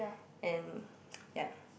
and ya